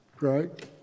right